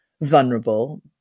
vulnerable